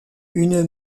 une